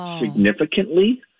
significantly